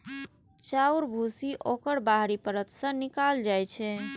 चाउरक भूसी ओकर बाहरी परत सं निकालल जाइ छै